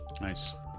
Nice